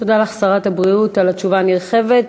תודה לך, שרת הבריאות, על התשובה הנרחבת.